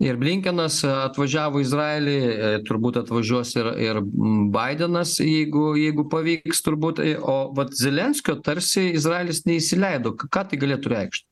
ir blinkinas atvažiavo į izraelį turbūt atvažiuos ir ir baidenas jeigu jeigu pavyks turbūt tai o vat zelenskio tarsi izraelis neįsileido ką tai galėtų reikšt